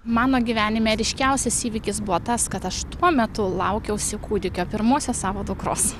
mano gyvenime ryškiausias įvykis buvo tas kad aš tuo metu laukiausi kūdikio pirmosios savo dukros